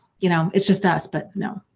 you know it's just us, but no.